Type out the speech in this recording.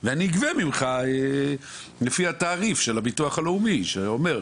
וגובה ממנו לפי תעריף של כל אזור.